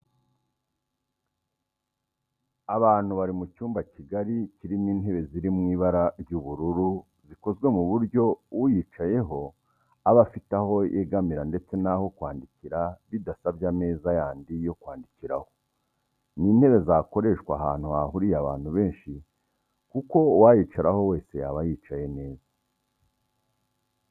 abantu bari mu cyumba kigari kirimo intebe ziri mu ibara ry'ubururu zikozwe ku buryo uyicayeho aba afite aho yegamira ndetse n'aho kwandikira bidasabye ameza yandi yo kwandikiraho. Ni intebe zakoreshwa ahantu hahuriye abantu benshi kuko uwayicaraho wese yaba yicaye neza